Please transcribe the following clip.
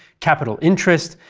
capital interest,